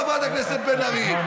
חברת הכנסת בן ארי,